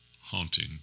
haunting